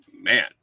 man